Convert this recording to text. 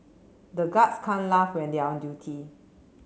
the guards can't laugh when they are on duty